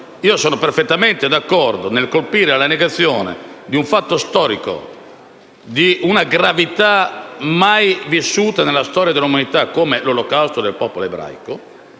Sono perfettamente d'accordo nel colpire la negazione di un fatto storico di una gravità mai vissuta nella storia dell'umanità come l'olocausto del popolo ebraico.